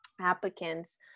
applicants